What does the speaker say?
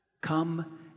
Come